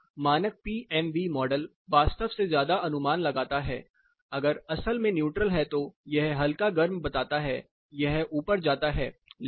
हमेशा मानक PMV model वास्तव से ज्यादा अनुमान लगाता है अगर असल में न्यूट्रल है तो यह हल्का गर्म बताता है यह ऊपर जाता है